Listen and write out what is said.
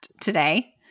today